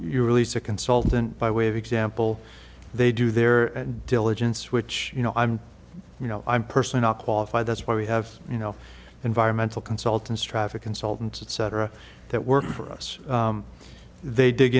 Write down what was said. you release a consultant by way of example they do their diligence which you know i'm you know i'm personally not qualified that's why we have you know environmental consultants traffic consultants etc that work for us they dig